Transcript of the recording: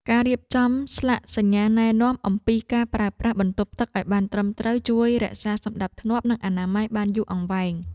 ការរៀបចំស្លាកសញ្ញាណែនាំអំពីការប្រើប្រាស់បន្ទប់ទឹកឱ្យបានត្រឹមត្រូវជួយរក្សាសណ្តាប់ធ្នាប់ និងអនាម័យបានយូរអង្វែង។